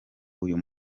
uyu